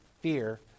fear